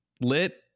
lit-